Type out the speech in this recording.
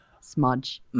Smudge